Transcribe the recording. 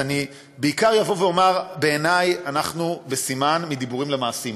אז אני בעיקר אבוא ואומר שבעיני אנחנו בסימן של מדיבורים למעשים.